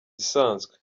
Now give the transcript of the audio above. isanzwe